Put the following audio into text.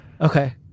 Okay